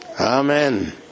Amen